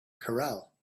corral